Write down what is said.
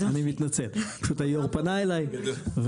אני מתנצל פשוט היו"ר פנה אלי והשבתי.